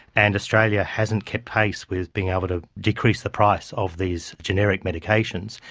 and australia hasn't kept pace with being able to decrease the price of these generic medications.